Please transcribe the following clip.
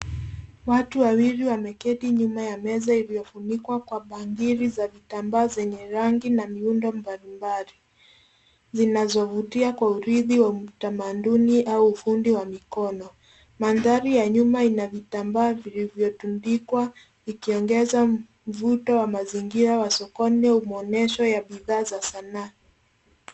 Watu wawili wameketi nyuma ya meza iliyofunikwa kwa pangili za vitambaa zenye rangi mbalimbali, zinazovutia kwa urithi wa utamaduni au ufundi wa mikono. Mandhari ya nyuma inavitambaa vilivyotundikwa vikiongeza mvuto wa mazingira wa sokoni au mwonyesho ya bidhaa za sanaa.